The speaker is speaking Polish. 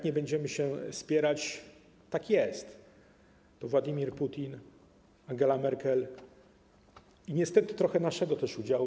Nie będziemy się spierać, tak jest, Władimir Putin, Angela Merkel i niestety trochę mamy naszego udziału.